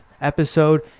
episode